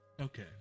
Okay